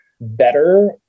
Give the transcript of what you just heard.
better